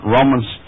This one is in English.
Romans